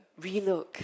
relook